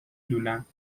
لولند